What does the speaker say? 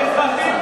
אזרחים,